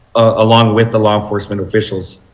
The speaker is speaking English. along with the law enforcement officials.